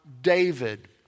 David